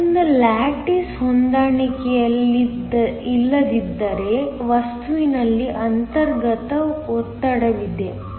ಆದ್ದರಿಂದ ಲ್ಯಾಟಿಸ್ ಹೊಂದಾಣಿಕೆಯಿಲ್ಲದಿದ್ದರೆ ವಸ್ತುವಿನಲ್ಲಿ ಅಂತರ್ಗತ ಒತ್ತಡವಿದೆ